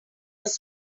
was